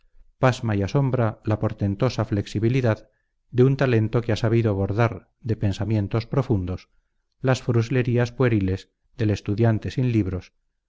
pasma y asombra la portentosa flexibilidad de un talento que ha sabido bordar de pensamientos profundos las fruslerías pueriles del estudiante sin libros